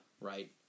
right